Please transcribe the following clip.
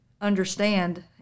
understand